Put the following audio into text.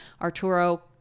arturo